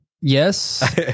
Yes